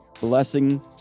blessing